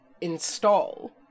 install